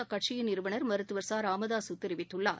அக்கட்சியின் நிறுவனர் மருத்துவர் ராமதாஸ் தெரிவித்துள்ளார்